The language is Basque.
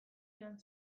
joan